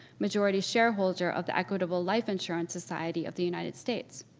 majority shareholder of the equitable life insurance society of the united states.